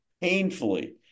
painfully